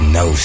no